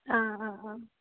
ആ ആ ആ